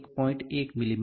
1 મી